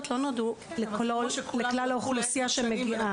לא נועדו לכלול את כלל האוכלוסייה שמגיעה.